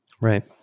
Right